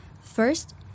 First